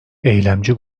eylemci